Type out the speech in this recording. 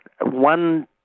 one